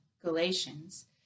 Galatians